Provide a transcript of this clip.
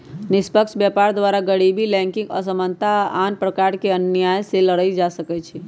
निष्पक्ष व्यापार द्वारा गरीबी, लैंगिक असमानता आऽ आन प्रकार के अनिआइ से लड़ल जा सकइ छै